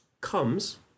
comes